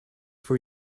for